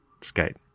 skate